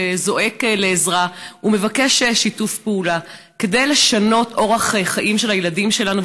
שזועק לעזרה ומבקש שיתוף פעולה כדי לשנות אורח חיים של הילדים שלנו.